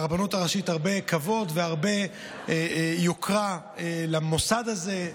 לרבנות הראשית הרבה כבוד והרבה יוקרה, למוסד הזה,